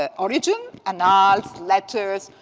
ah origin annals, letters.